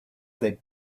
that